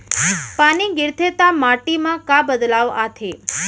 पानी गिरथे ता माटी मा का बदलाव आथे?